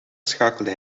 schakelde